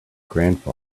grandpa